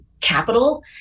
capital